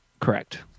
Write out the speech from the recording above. correct